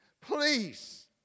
please